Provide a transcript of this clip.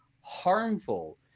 harmful